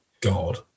God